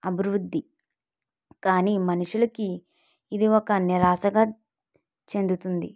అభివృద్ధి కానీ మనుషులకి ఇది ఒక నిరాశగా చెందుతుంది